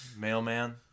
Mailman